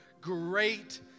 great